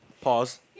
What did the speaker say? Pause